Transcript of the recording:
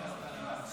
מה תגיד אחרי השיר